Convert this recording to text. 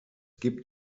gibt